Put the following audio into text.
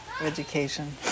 education